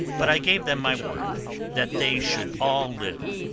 but i gave them my word that they should all live,